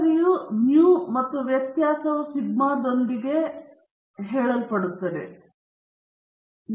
ಸರಾಸರಿ ಮೌ ಮತ್ತು ವ್ಯತ್ಯಾಸದ ಸಿಗ್ಮಾದೊಂದಿಗೆ ಸಾಮಾನ್ಯವಾದದ್ದು n ನಿಂದ ವರ್ಗಾಯಿಸಲ್ಪಟ್ಟಿದೆ